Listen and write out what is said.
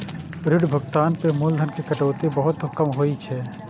ऋण भुगतान मे मूलधन के कटौती बहुत कम होइ छै